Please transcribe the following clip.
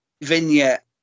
vignette